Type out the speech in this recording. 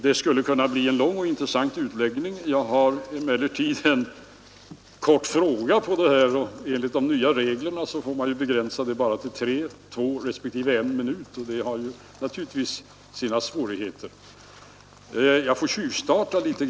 Det skulle kunna bli en lång och intressant utläggning, men jag 127 har fått en enkel fråga om den saken, och enligt de nya reglerna får man då begränsa sina inlägg till tre, två och en minut, och det har ju sina svårigheter. Därför skall jag nu tjuvstarta litet.